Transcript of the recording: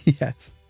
Yes